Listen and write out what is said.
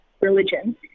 religion